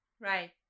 Right